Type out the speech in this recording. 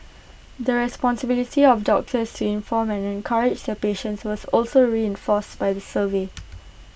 the responsibility of doctors to inform and encourage their patients was also reinforced by the survey